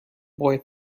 boy